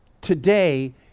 today